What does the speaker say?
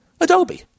Adobe